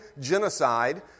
genocide